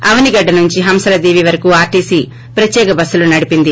అవనిగడ్డ నుంచి హంసల దీవి వరకు ఆర్టీసీ ప్రత్యేక బస్సులు నడిపింది